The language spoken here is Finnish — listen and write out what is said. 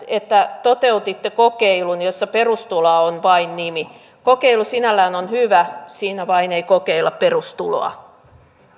että toteutitte kokeilun jossa perustuloa on vain nimi kokeilu sinällään on hyvä siinä vain ei kokeilla perustuloa